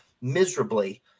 miserably